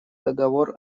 договор